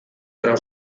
gran